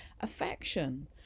affection